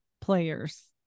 players